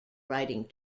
writing